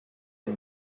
amb